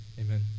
Amen